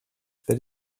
that